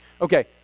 Okay